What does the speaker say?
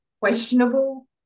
questionable